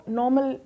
normal